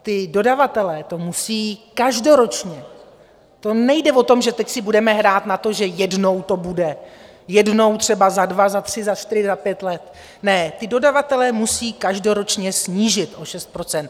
Ti dodavatelé to musí každoročně to nejde o to, že teď si budeme hrát na to, že jednou to bude, jednou, třeba za dva, za tři, za čtyři, za pět let ne, ti dodavatelé musí každoročně snížit o 6 %.